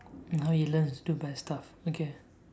and how he learns to do bad stuff okay